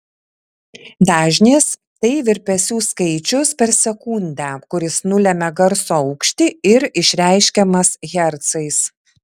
dažnis tai virpesių skaičius per sekundę kuris nulemia garso aukštį ir išreiškiamas hercais